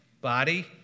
body